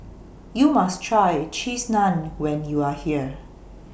YOU must Try Cheese Naan when YOU Are here